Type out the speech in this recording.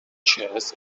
chess